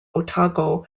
otago